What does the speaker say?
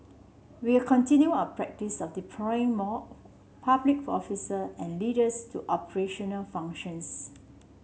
we will continue our practice of deploying more public for officer and leaders to operational functions